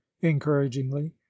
encouragingly